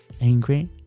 angry